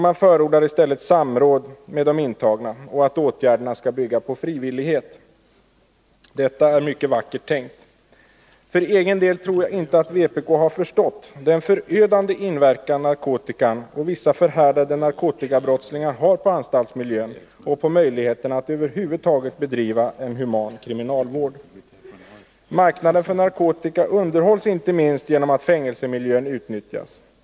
Man förordar i stället samråd med de intagna och att åtgärderna skall bygga på frivillighet. Detta är mycket vackert tänkt. För egen del tror jag inte att vpk har förstått den förödande inverkan narkotikan och vissa förhärdade narkotikabrottslingar har på anstaltsmiljön och på möjligheterna att över huvud taget bedriva en human kriminalvård. Marknaden för narkotika underhålls inte minst genom att fängelsemiljön utnyttjas.